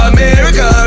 America